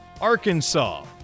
Arkansas